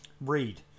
read